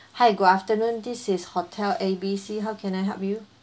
hi good afternoon this is hotel A B C how can I help you